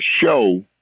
show